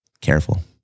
Careful